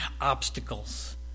obstacles